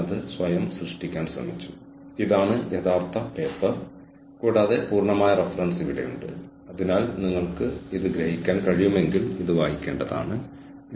മത്സരാധിഷ്ഠിത നേട്ടം കൈവരിക്കുന്നതിന് ഒരു സ്ഥാപനത്തെ ചെലവ് കുറച്ച് സഹായിക്കുന്നതാണോ അതോ ഉൽപ്പന്ന സ്രോതസ്സുകളും സേവന വ്യത്യാസങ്ങളും വർധിപ്പിച്ചു കൊണ്ടാണോ അല്ലെങ്കിൽ രണ്ടുമാണോ